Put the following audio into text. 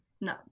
no